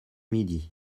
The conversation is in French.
midi